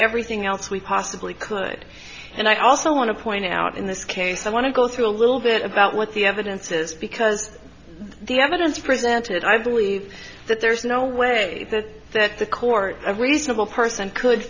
everything else we possibly could and i also want to point out in this case i want to go through a little bit about what the evidence is because the evidence presented i believe that there's no way that the court a reasonable person could